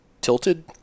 tilted